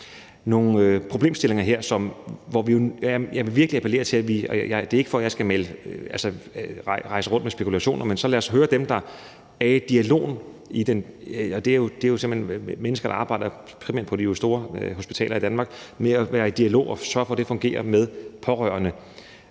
nogle problemstillinger her, og jeg vil virkelig appellere til dialog. Det er ikke, fordi jeg skal rejse rundt med spekulationer. Men så lad os høre dem, der er i dialogen. Det er jo simpelt hen mennesker, der arbejder primært på de store hospitaler i Danmark. De er i dialog og sørger for, at det fungerer med pårørende.